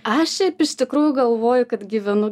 aš iš tikrųjų galvoju kad gyvenu